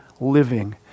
living